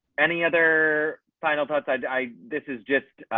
any other final thoughts i this is just